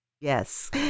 Yes